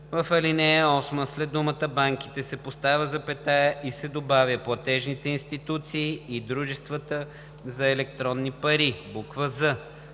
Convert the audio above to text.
в ал. 8 след думата „банките“ се поставя запетая и се добавя „платежните институции и дружествата за електронни пари“; з) в ал.